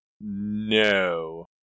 no